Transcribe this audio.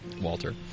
Walter